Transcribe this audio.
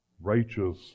righteous